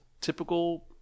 typical